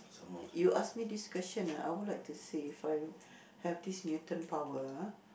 you ask me this question ah I would like to say if I have this mutant power ah